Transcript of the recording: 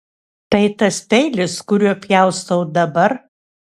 tai tas peilis kuriuo pjaustau dabar